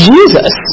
Jesus